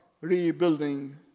rebuilding